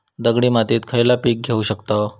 दगडी मातीत खयला पीक घेव शकताव?